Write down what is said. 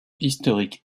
historique